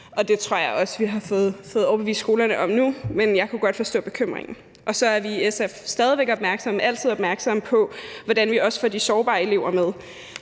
det tror jeg også vi har fået skolerne overbevist om nu. Men jeg kunne godt forstå bekymringen. Så er vi i SF stadig opmærksom på – og det er vi altid – hvordan vi også får de sårbare elever med,